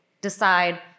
decide